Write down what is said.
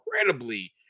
incredibly